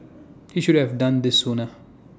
he should have done this sooner